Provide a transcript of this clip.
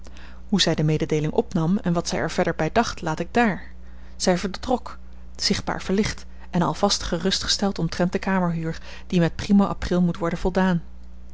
hoe zij de mededeeling opnam en wat zij er verder bij dacht laat ik daar zij vertrok zichtbaar verlicht en al vast gerustgesteld omtrent de kamerhuur die met primo april moet worden voldaan